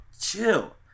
chill